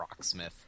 Rocksmith